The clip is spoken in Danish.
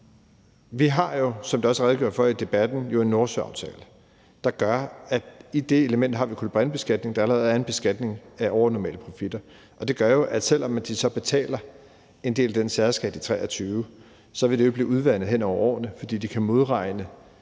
vi har – som det jo også er redegjort for i debatten – en Nordsøaftale, der gør, at vi her har en kulbrintebeskatning, der allerede er en beskatning af overnormale profitter. Men selv om de så betaler en del af den særskat i 2023, vil det blive udvandet hen over årene, fordi de kan modregne